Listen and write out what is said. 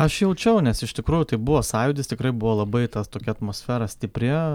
aš jaučiau nes iš tikrųjų tai buvo sąjūdis tikrai buvo labai tas tokia atmosfera stipri